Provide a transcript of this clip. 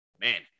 man